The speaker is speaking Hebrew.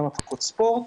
גם הפקות ספורט.